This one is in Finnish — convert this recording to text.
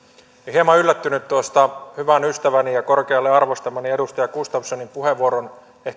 hieman yllättynyt ehkä tuosta hyvän ystäväni ja korkealle arvostamani edustaja gustafssonin puheenvuoron